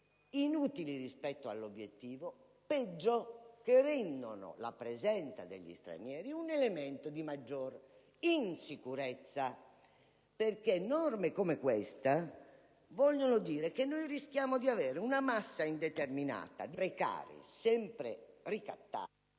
inutili rispetto all'obiettivo o, peggio, che rendono la presenza degli stranieri un elemento di maggiore insicurezza. Norme come questa, infatti, comportano il rischio di avere una massa indeterminata di precari sempre ricattabili,